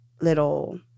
little